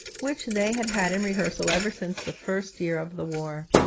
which they had had in rehearsal ever since the first year of the war.